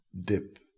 dip